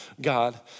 God